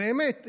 באמת,